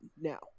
now